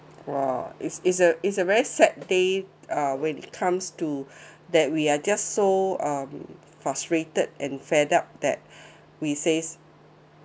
!wah! is is a is a very sad day uh when it comes to that we are just so um frustrated and fed up that we says